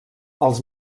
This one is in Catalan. els